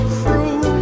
cruel